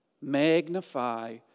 Magnify